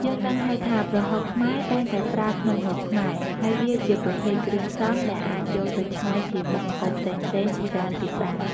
យើងដឹងហើយថា ប្រហុកខ្មែរ តែងតែប្រើក្នុងម្ហូបខ្មែរ ហើយវាជាប្រភេទគ្រឿងផ្សំ ដែលអាចយកទៅច្នៃជាមុខម្ហូបផ្សេងៗជាច្រើនទៀតបាន។